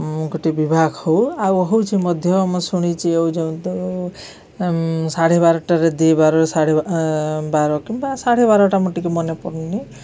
ଗୋଟେ ବିଭାଗ ହଉ ଆଉ ହେଉଛି ମଧ୍ୟ ମୁଁ ଶୁଣିଛି ଆଉ ଯେଉଁ ତଉ ସାଢ଼େ ବାରଟାରେ ଦୁଇ ବାର ସାଢ଼େ ବାର କିମ୍ବା ସାଢ଼େ ବାରଟା ମୁଁ ଟିକେ ମନେ ପଡ଼ୁନି